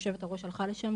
היו"ר הלכה לשם,